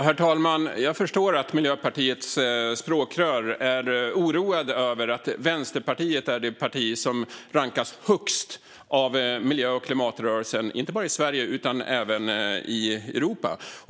Herr talman! Jag förstår att Miljöpartiets språkrör är oroad över att Vänsterpartiet är det parti som rankas högst av miljö och klimatrörelsen inte bara i Sverige utan även i Europa.